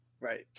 Right